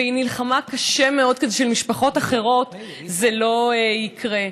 והיא נלחמה קשה מאוד כדי שלמשפחות אחרות זה לא יקרה.